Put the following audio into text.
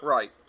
Right